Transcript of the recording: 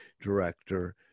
director